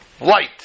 light